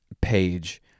page